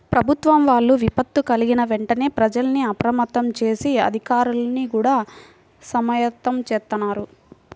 ప్రభుత్వం వాళ్ళు విపత్తు కల్గిన వెంటనే ప్రజల్ని అప్రమత్తం జేసి, అధికార్లని గూడా సమాయత్తం జేత్తన్నారు